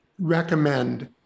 recommend